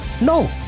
no